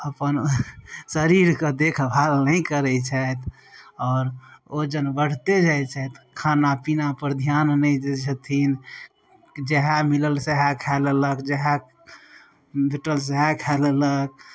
अपन शरीरके देखभाल नहि करय छथि आओर वजन बढिते जाइ छथि खानापीनापर ध्यान नहि दै छथिन जेएह मिलल सेएह खा लेलक जेएह भेटल सेएह खा लेलक